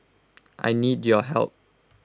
I need your help